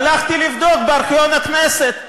הלכתי לבדוק בארכיון הכנסת.